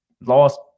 lost